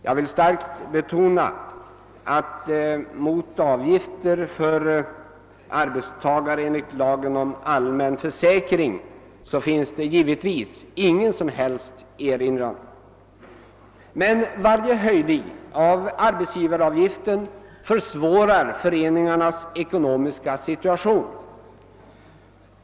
Jag vill starkt betona att mot avgifter för arbetstagare enligt lagen om allmän försäkring finns det givetvis ingen som helst erinran att göra, men varje höjning av arbetsgivaravgiften försvårar föreningarnas ekonomiska situation.